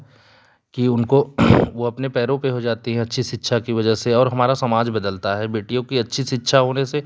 कि उनको वे अपने पैरों पर हो जाती हैं अच्छी शिक्षा की वजह से और हमारा समाज बदलता है बेटियों की अच्छी शिक्षा होने से